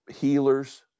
healers